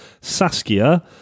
saskia